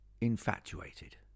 infatuated